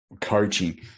Coaching